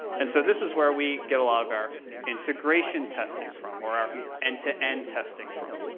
and so, this is where we get a lot of our integration testing from, or our end to end testing from.